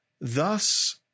thus